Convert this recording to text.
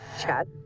Chad